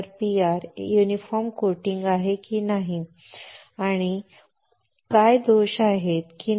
PR एकसमान coating आहे की नाही आणि कण आणि दोष आहेत की नाही